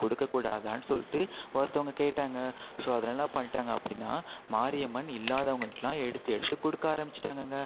கொடுக்கக்கூடாதான்னு சொல்லிட்டு ஒருத்தவங்க கேட்டாங்க ஸோ அதனால என்ன பண்ணிவிட்டாங்க அப்படின்னா மாரியம்மன் இல்லாதவங்களுட்லாம் எடுத்து எடுத்து கொடுக்க ஆரமிச்சிவிட்டாங்கங்க